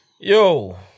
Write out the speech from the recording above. Yo